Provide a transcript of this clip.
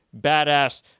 badass